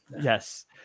Yes